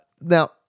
Now